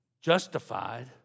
justified